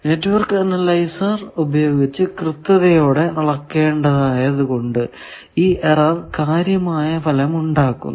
network analyser ഉപയോഗിച്ച് കൃത്യതയോടെ അളക്കേണ്ടതായതു കൊണ്ട് ഈ എറർ കാര്യമായ ഫലം ഉണ്ടാക്കുന്നു